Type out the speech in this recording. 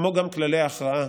כמו גם כללי ההכרעה,